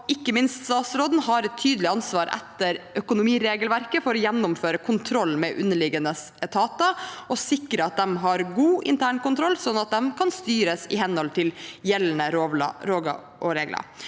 ikke minst statsråden har et tydelig ansvar etter økonomiregelverket for å gjennomføre kontroll med underliggende etater og sikre at de har god internkontroll, sånn at de kan styres i henhold til gjeldende lover og regler.